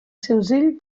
senzill